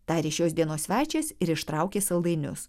tarė šios dienos svečias ir ištraukė saldainius